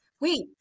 Wait